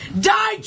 Die